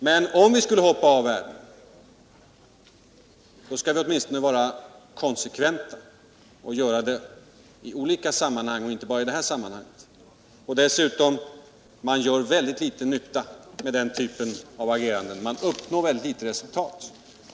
Men om vi skall hoppa av världen skall vi åtminstone vara konsekventa och göra det i även i andra sammanhang och inte bara i detta. Dessutom: man gör väldigt liten nytta med den typen av agerande. Man uppnår väldigt litet resultat.